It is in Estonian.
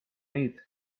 neid